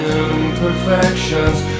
imperfections